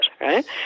Right